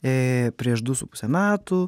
prieš du su puse metų